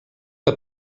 que